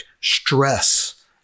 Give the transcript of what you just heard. stress